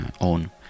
own